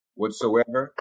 whatsoever